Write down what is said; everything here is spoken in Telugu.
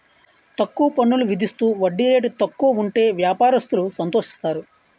తక్కువ పన్నులు విధిస్తూ వడ్డీ రేటు తక్కువ ఉంటే వ్యాపారస్తులు సంతోషిస్తారు